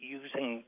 using